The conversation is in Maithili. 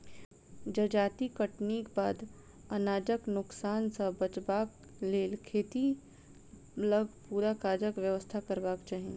जजाति कटनीक बाद अनाजक नोकसान सॅ बचबाक लेल खेतहि लग पूरा काजक व्यवस्था करबाक चाही